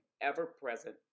ever-present